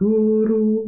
Guru